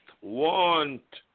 want